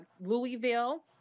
Louisville